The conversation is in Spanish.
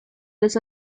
las